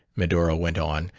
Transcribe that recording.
medora went on,